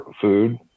food